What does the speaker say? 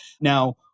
Now